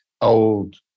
old